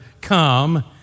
come